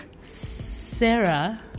Sarah